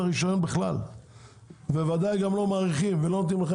הרישיון בכלל וודאי גם לא מאריכים ולא נותנים לכם